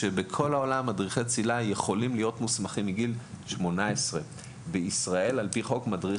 בכל העולם מדריכי צלילה יכולים להיות מוסמכים מגיל 18 ואילו בישראל מדריך